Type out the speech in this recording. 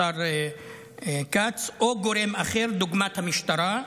השר כץ, או גורם אחר, דוגמת המשטרה,